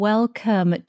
Welcome